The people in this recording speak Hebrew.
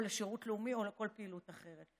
או משירות לאומי או כל פעילות אחרת.